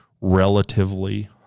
relatively